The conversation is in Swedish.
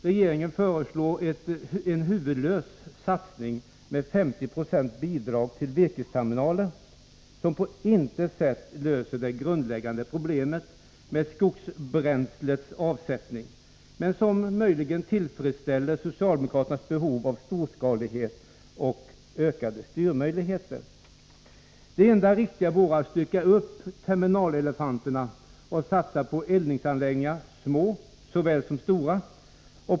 Regeringen föreslår en huvudlös satsning med 50 2 bidrag till virkesterminaler, som på intet sätt löser det grundläggande problemet med skogsbränslets avsättning, men som möjligen tillfredsställer socialdemokraternas behov av storskalighet och ökade styrmöjligheter. Det enda riktiga vore att stycka upp ”terminalelefanten” och satsa på eldningsanläggningar, små såväl som stora.